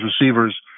receivers